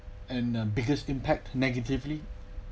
and the biggest impact negatively